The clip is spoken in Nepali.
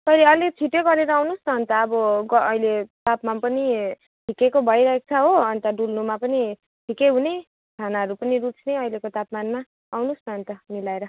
कहिले अलिक छिटै गरेर आउनुहोस् न अन्त अब अहिले तापमान पनि ठिकैको भइरहेको छ हो अन्त डुल्नुमा पनि ठिकै हुने खानाहरू पनि रुच्ने अहिलेको तापमानमा आउनुहोस् न अन्त मिलाएर